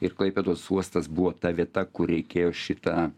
ir klaipėdos uostas buvo ta vieta kur reikėjo šitą